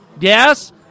Yes